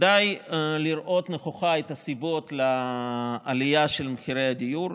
כדאי לראות נכוחה את הסיבות לעלייה של מחירי הדיור,